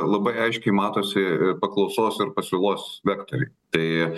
labai aiškiai matosi paklausos ir pasiūlos vektoriai tai